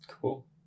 Cool